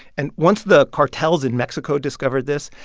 and once the cartels in mexico discovered this,